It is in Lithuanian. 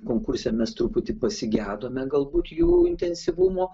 konkurse mes truputį pasigedome galbūt jų intensyvumo